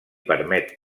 permet